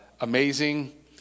amazing